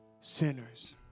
sinners